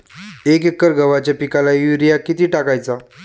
एक एकर गव्हाच्या पिकाला युरिया किती टाकायचा?